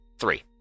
three